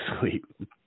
sleep